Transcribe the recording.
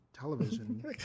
television